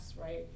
right